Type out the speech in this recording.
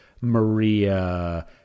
Maria